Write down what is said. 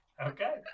Okay